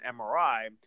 MRI